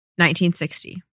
1960